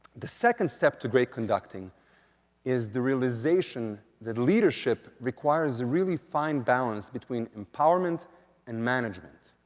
the second step to great conducting is the realization that leadership requires a really fine balance between empowerment and management.